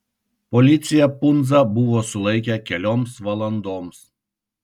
policija pundzą buvo sulaikę kelioms valandoms